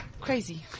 crazy